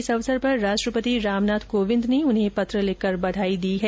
इस अवसर पर राष्ट्रपति रामनाथ कोविन्द ने उन्हें पत्र लिखकर बधाई दी है